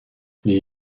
les